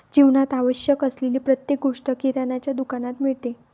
जीवनात आवश्यक असलेली प्रत्येक गोष्ट किराण्याच्या दुकानात मिळते